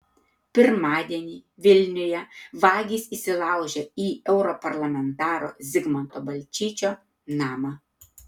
pirmadienį vilniuje vagys įsilaužė į europarlamentaro zigmanto balčyčio namą